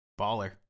Baller